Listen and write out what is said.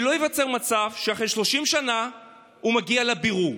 שלא ייווצר מצב שאחרי 30 שנה הוא מגיע לבירור.